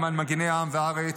למען מגיני העם והארץ.